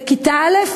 לכיתה א'?